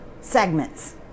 segments